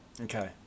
Okay